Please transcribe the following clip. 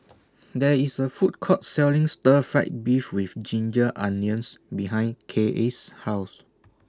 There IS A Food Court Selling Stir Fry Beef with Ginger Onions behind Kaye's House